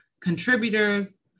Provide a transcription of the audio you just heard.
contributors